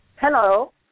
Hello